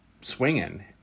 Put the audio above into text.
swinging